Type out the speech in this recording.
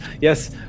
yes